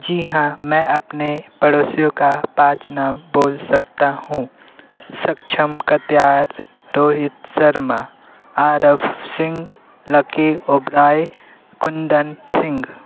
जी हाँ मैं अपने पड़ोसियों का पाँच नाम बोल सकता हूँ सक्षम कटियार रोहित शर्मा आरव सिंह लक्की ओबेरॉय कुंदन सिंघ